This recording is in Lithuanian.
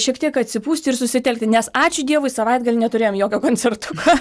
šiek tiek atsipūsti ir susitelkti nes ačiū dievui savaitgalį neturėjom jokio koncertuko